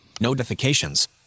Notifications